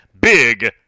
big